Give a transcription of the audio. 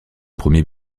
premier